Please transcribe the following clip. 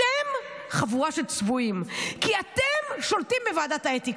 תן לי לדבר בנחת.